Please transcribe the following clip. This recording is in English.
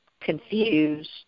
confused